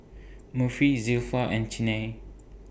Murphy Zilpha and Chynna